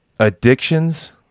Addictions